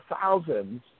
thousands